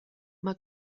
mae